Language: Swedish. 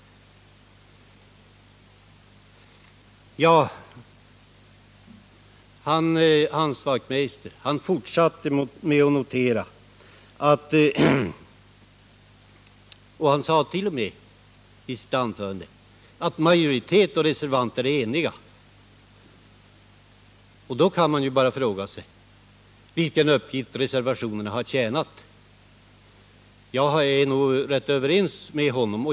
Hans Wachtmeister fortsatte med att säga att majoritet och reservanter är eniga. Då måste jag ställa frågan: Vilken uppgift har reservationerna i så fall tjänat?